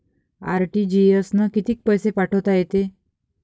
RTGS न कितीक पैसे पाठवता येते?